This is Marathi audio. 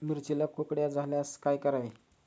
मिरचीला कुकड्या झाल्यास काय करावे?